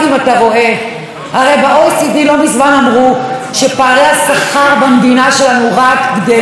הרי ב-OECD לא מזמן אמרו שפערי השכר במדינה שלנו רק גדלים וגדלים.